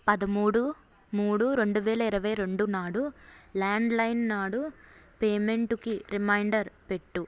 పదమూడు మూడు రెండు వేల ఇరవై రెండు నాడు ల్యాండ్లైన్ పేమెంటుకి రిమైండర్ పెట్టు